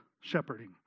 shepherding